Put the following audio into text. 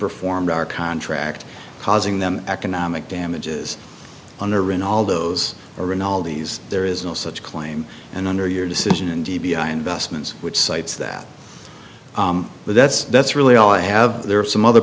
performed our contract causing them economic damages honorine all those are in all these there is no such claim and under your decision and d b i investments which cites that that's that's really all i have there are some other